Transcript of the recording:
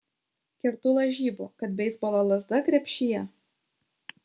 kertu lažybų kad beisbolo lazda krepšyje